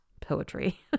poetry